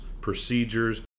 procedures